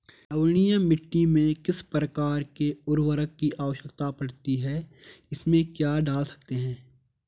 लवणीय मिट्टी में किस प्रकार के उर्वरक की आवश्यकता पड़ती है इसमें क्या डाल सकते हैं?